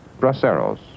Braceros